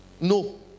No